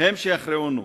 הם שיכריעונו,